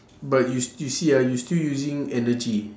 but you s~ you see ah you still using energy